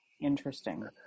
Interesting